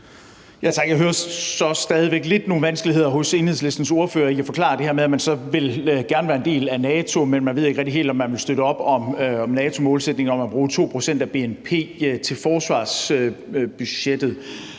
Jeg hører så stadig væk lidt nogle vanskeligheder hos Enhedslistens ordfører med hensyn til at forklare det her med, at man gerne vil være en del af NATO, men ikke rigtig helt ved, om man vil støtte op om NATO-målsætningen om at bruge 2 pct. af bnp til forsvarsbudgettet.